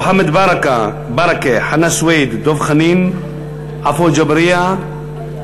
מוחמד ברכה, חנא סוייד, דב חנין, עפו אגבאריה,